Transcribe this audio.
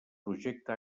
projecte